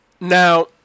Now